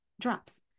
drops